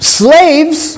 slaves